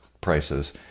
prices